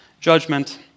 judgment